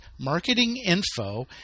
marketinginfo